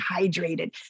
hydrated